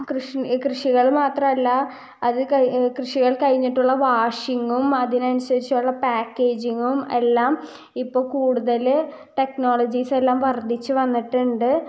കൃഷി കൃഷികൾ മാത്രല്ല അത് കൃഷികൾ കഴിഞ്ഞിട്ടുള്ള വാഷിങ്ങും അതിനസരിച്ചുള്ള പായ്ക്കേജിങ്ങും എല്ലാം ഇപ്പം കൂടുതൽ ടെക്നോളജീസ് എല്ലാം വർദ്ധിച്ച് വന്നിട്ടുണ്ട്